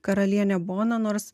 karalienė bona nors